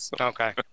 okay